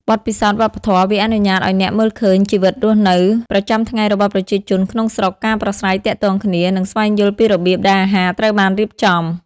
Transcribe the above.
បទពិសោធន៍វប្បធម៌ វាអនុញ្ញាតឲ្យអ្នកមើលឃើញជីវិតរស់នៅប្រចាំថ្ងៃរបស់ប្រជាជនក្នុងស្រុក ការប្រាស្រ័យទាក់ទងគ្នា និងស្វែងយល់ពីរបៀបដែលអាហារត្រូវបានរៀបចំ។